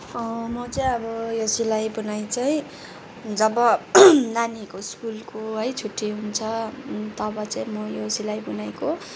म चाहिँ अब यो सिलाइ बुनाइ चाहिँ जब नानीहरूको स्कुलको है छुट्टी हुन्छ तब चाहिँ म यो सिलाइ बुनाइको